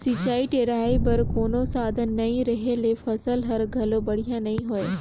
सिंचई टेड़ई बर कोनो साधन नई रहें ले फसल हर घलो बड़िहा नई होय